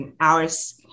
hours